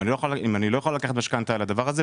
אם אני לא יכולה לקחת משכנתה על הדבר הזה.